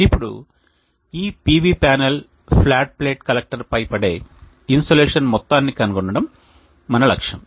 ఇప్పుడు ఈ PV panel flat plate collector పై పడే ఇన్సోలేషన్ మొత్తాన్ని కనుగొనడం మన లక్ష్యం